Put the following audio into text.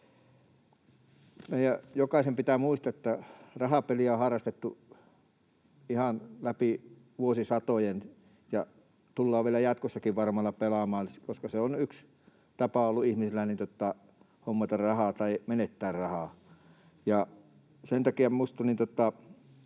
jokaisen pitää muistaa, että rahapeliä on harrastettu ihan läpi vuosisatojen ja tullaan vielä jatkossakin varmana pelaamaan, koska se on yksi tapa ollut ihmisillä hommata rahaa, tai menettää rahaa. Sen takia minusta